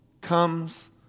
comes